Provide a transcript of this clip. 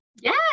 Yes